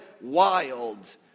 wild